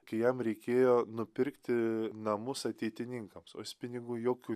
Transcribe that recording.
kai jam reikėjo nupirkti namus ateitininkams o jis pinigų jokių